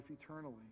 eternally